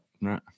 no